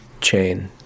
chain